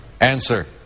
Answer